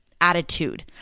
attitude